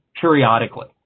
periodically